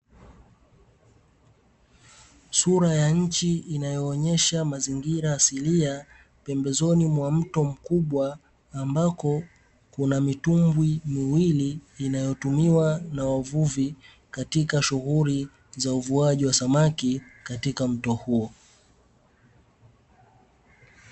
Sura ya nchi inayoonyesha mazingira asilia pembezoni mwa mto mkubwa, ambako kuna mitumbwi miwili inayotumiwa na wavuvi katika shughuli za uvuaji wa samaki katika mto huo.